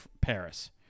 Paris